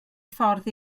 ffordd